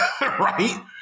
right